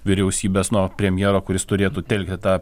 vyriausybės nuo premjero kuris turėtų telkti tą